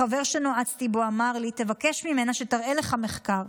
החבר שנועצתי בו אמר לי: בקש ממנה שתראה לך מחקר,